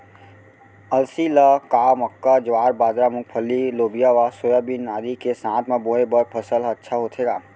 अलसी ल का मक्का, ज्वार, बाजरा, मूंगफली, लोबिया व सोयाबीन आदि के साथ म बोये बर सफल ह अच्छा होथे का?